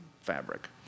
fabric